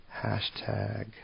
hashtag